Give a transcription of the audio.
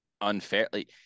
unfairly